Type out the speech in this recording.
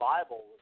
Bible